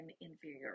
inferior